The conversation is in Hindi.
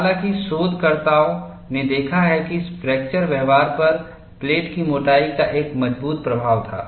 हालांकि शोधकर्ताओं ने देखा है कि फ्रैक्चर व्यवहार पर प्लेट की मोटाई का एक मजबूत प्रभाव था